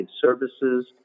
services